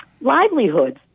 livelihoods